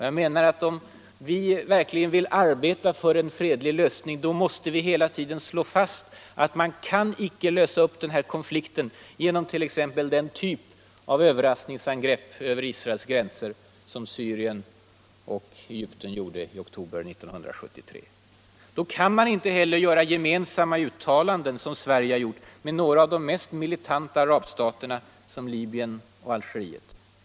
Jag menar att om vi verkligen vill arbeta för en fredlig lösning, måste vi hela tiden slå fast att man icke kan lösa upp denna konflikt genom t.ex. den typ av överraskningsangrepp över Israels gränser som Syrien och Egypten gjorde i oktober 1973. Då kan man inte heller göra gemensamma uttalanden, som Sverige har gjort med några av de mest militanta arabstaterna som Libyen och Algeriet.